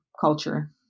culture